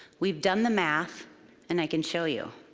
we've done the math and i can show you.